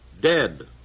dead